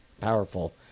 powerful